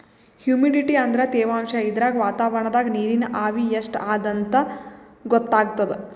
humidity ಅಂದ್ರ ತೆವಾಂಶ್ ಇದ್ರಾಗ್ ವಾತಾವರಣ್ದಾಗ್ ನೀರಿನ್ ಆವಿ ಎಷ್ಟ್ ಅದಾಂತ್ ಗೊತ್ತಾಗ್ತದ್